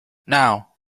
now